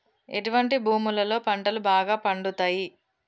ఎటువంటి భూములలో పంటలు బాగా పండుతయ్?